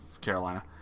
Carolina